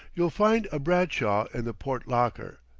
you'll find a bradshaw in the port-locker,